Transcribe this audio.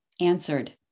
answered